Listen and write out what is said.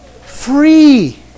free